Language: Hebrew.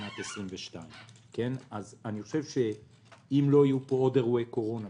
בשנת 2022. אם לא יהיו פה עוד אירועי קורונה,